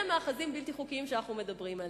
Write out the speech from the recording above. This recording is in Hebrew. אלה מאחזים בלתי חוקיים שאנחנו מדברים עליהם.